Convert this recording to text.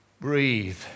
Breathe